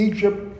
Egypt